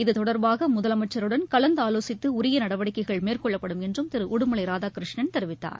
இத்தொடர்பாக முதலமைச்சருடன் கலந்தாலோசித்து உரிய நடவடிக்கைகள் மேற்கொள்ளப்படும் என்றும் திரு உடுமலை ராதாகிருஷ்ணன் தெரிவித்தார்